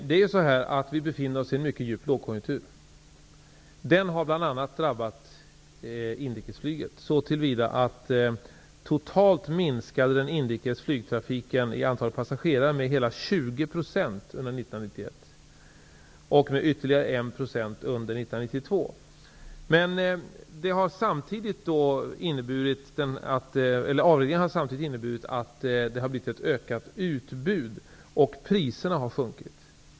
Fru talman! Vi befinner oss i en mycket djup lågkonjunktur. Den har bl.a. drabbat inrikesflyget så till vida, att den inrikes flygtrafiken totalt minskade i antalet passagerare med hela 20 % under 1991 och med ytterligare 1 % under 1992. Avregleringen har samtidigt inneburit att det har blivit ett ökat utbud och att priserna har sjunkit.